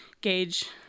gauge